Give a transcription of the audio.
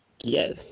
Yes